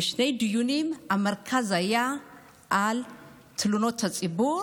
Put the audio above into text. המוקד היה תלונות הציבור